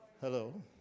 Hello